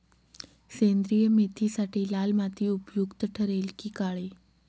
सेंद्रिय मेथीसाठी लाल माती उपयुक्त ठरेल कि काळी?